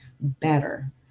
better